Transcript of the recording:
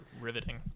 riveting